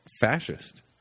fascist